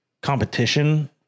competition